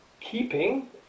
keeping